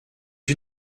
you